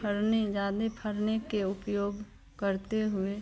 फलने ज़्यादा फलने के उपयोग करते हुए